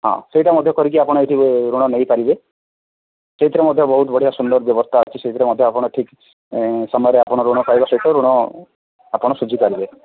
ହଁ ସେଇଟା ମଧ୍ୟ କରିକି ଆପଣ ଏଠି ଋଣ ନେଇ ପାରିବେ ସେଇଥିରେ ମଧ୍ୟ ବହୁତ ବଢ଼ିଆ ସୁନ୍ଦର ବ୍ୟବସ୍ଥା ଅଛି ସେଇଥିରେ ମଧ୍ୟ ଆପଣ ଠିକ୍ ସମୟରେ ଆପଣ ଋଣ ପାଇବା ସହିତ ଋଣ ଆପଣ ସୁଝି ପାରିବେ